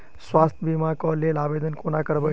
स्वास्थ्य बीमा कऽ लेल आवेदन कोना करबै?